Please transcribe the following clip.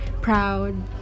proud